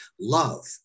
love